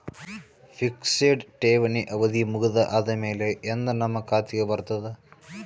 Fixed ಠೇವಣಿ ಅವಧಿ ಮುಗದ ಆದಮೇಲೆ ಎಂದ ನಮ್ಮ ಖಾತೆಗೆ ಬರತದ?